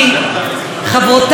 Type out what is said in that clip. חברותיי וחבריי